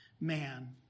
man